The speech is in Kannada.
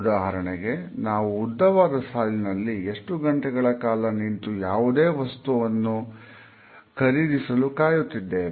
ಉದಾಹರಣೆಗೆ ನಾವು ಉದ್ದವಾದ ಸಾಲಿನಲ್ಲಿ ಎಷ್ಟು ಗಂಟೆಗಳ ಕಾಲ ನಿಂತು ಯಾವುದೇ ವಸ್ತುವನ್ನು ಖರೀದಿಸಲು ಕಾಯುತ್ತಿದ್ದೇವೆ